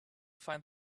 find